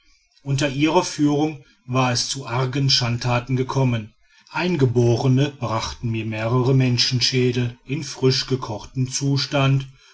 unter ihrer führung war es zu argen schandtaten gekommen eingeborene brachten mir mehrere menschenschädel in frisch gekochtem zustand